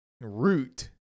root